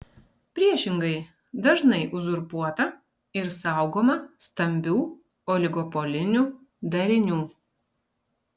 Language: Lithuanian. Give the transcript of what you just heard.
priešingai dažnai uzurpuota ir saugoma stambių oligopolinių darinių